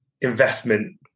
Investment